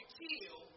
kill